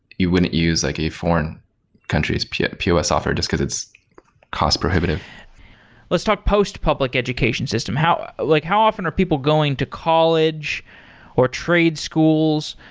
you wouldn't use like a foreign country's pos pos software just because it's cost prohibitive let's talk post-public education system. how like how often are people going to college or trade schools?